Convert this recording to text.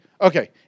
okay